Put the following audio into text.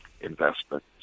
investment